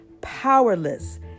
powerless